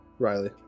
Riley